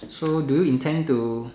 so do you intend to